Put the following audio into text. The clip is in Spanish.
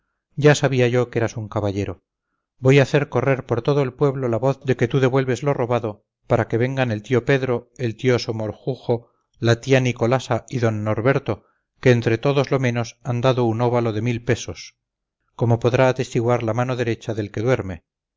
ya sabía yo que eras un caballero voy a hacer correr por todo el pueblo la voz de que tú devuelves lo robado para que vengan el tío pedro el tío somorjujo la tía nicolasa y d norberto que entre todos lo menos han dado un óbalo de mil pesos como podrá atestiguar la mano derecha del que duerme